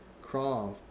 craw